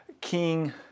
King